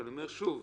אני אומר שוב,